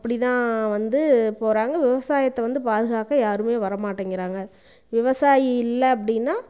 அப்படி தான் வந்து போகிறாங்க விவசாயத்தை வந்து பாதுக்காக்க யாருமே வர மாட்டேங்கிறாங்க விவசாயி இல்லை அப்படின்னா